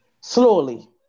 Slowly